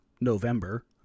November